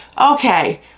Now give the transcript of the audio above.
Okay